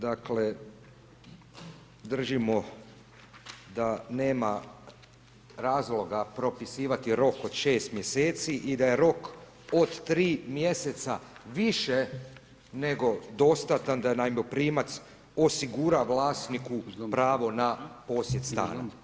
Dakle, držimo da nema razloga propisivati rok od 6 mjeseci i da je rok od 3 mjeseca više nego dostatan da najmoprimac osigura vlasniku pravo na posjed stana.